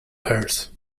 hers